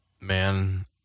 man